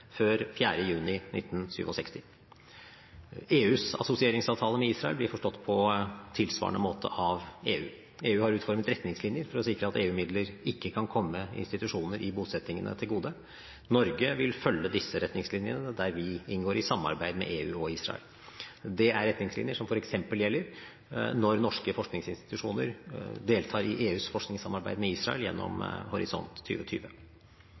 før 4. juni 1967. EUs assosieringsavtale med Israel blir forstått på tilsvarende måte av EU. EU har utformet retningslinjer for å sikre at EU-midler ikke kan komme institusjoner i bosettingene til gode. Norge vil følge disse retningslinjene der vi inngår i samarbeid med EU og Israel. Dette er retningslinjer som f.eks. gjelder når norske forskningsinstitusjoner deltar i EUs forskningssamarbeid med Israel gjennom